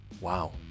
Wow